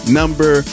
number